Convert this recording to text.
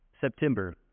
September